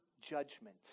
judgment